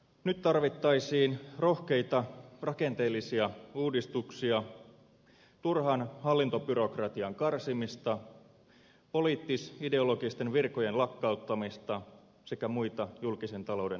nyt tarvittaisiin rohkeita rakenteellisia uudistuksia turhan hallintobyrokratian karsimista poliittis ideologisten virkojen lakkauttamista sekä muita julkisen talouden tasapainottamistoimia